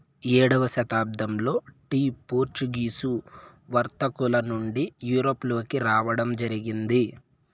ఏడవ శతాబ్దంలో tea Portuguese వర్తకుల నుండి యూరప్ లోకి రావడం జరిగింది